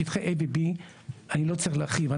שטחי A ו-B אני לא צריך להרחיב.